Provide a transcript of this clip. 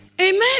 amen